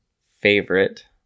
favorite